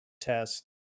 test